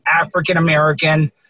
African-American